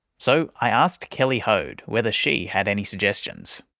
so i asked kelly hoad whether she had any suggestions.